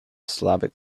slavic